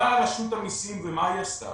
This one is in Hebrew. באה רשות המסים, ומה היא עשתה?